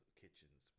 kitchens